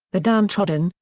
the downtrodden,